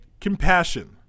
compassion